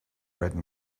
red